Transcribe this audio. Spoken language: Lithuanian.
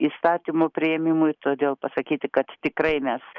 įstatymų priėmimui todėl pasakyti kad tikrai mes